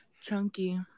Chunky